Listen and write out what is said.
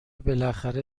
بالاخره